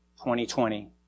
2020